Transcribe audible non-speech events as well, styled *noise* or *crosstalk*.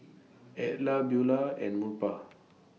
Edla Beulah and Murphy *noise*